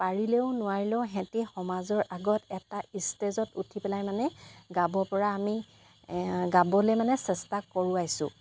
পাৰিলেও নোৱাৰিলেও সিহঁতি সমাজৰ আগত এটা ষ্টেজত উঠি পেলাই মানে গাবপৰা আমি গাবলৈ মানে চেষ্টা কৰোৱাইছোঁ